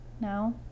now